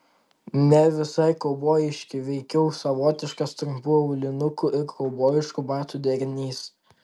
ne visai kaubojiški veikiau savotiškas trumpų aulinukų ir kaubojiškų batų derinys